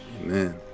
Amen